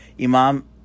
Imam